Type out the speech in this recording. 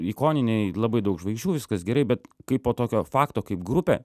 ikoniniai labai daug žvaigždžių viskas gerai bet kaipo tokio fakto kaip grupė